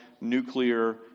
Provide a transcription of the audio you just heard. nuclear